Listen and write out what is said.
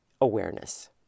awareness